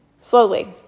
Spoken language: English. Slowly